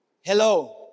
Hello